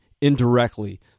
indirectly